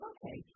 Okay